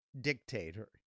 dictator